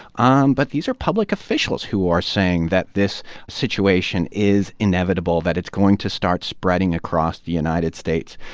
um but these are public officials who are saying that this situation is inevitable, that it's going to start spreading across the united states.